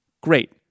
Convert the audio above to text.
great